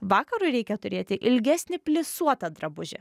vakarui reikia turėti ilgesnį plisuotą drabužį